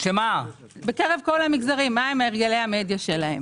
מה הרגלי המדיה שלהם.